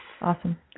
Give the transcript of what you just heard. Awesome